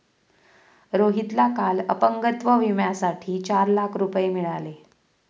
रोहितला काल अपंगत्व विम्यासाठी चार लाख रुपये मिळाले